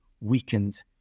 weakened